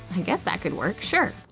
i guess that could work. sure.